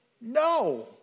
No